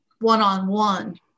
one-on-one